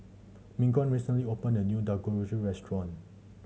Mignon recently opened a new Dangojiru restaurant